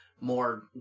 more